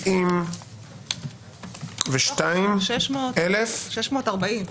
172,000 --- מתוך ה-640,000.